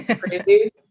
crazy